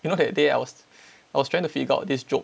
you know that day I was I was trying to figure out this joke